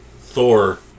Thor